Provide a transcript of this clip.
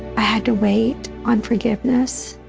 i had to wait on forgiveness.